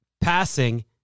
passing